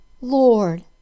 Lord